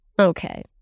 Okay